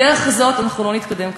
בדרך הזאת אנחנו לא נתקדם,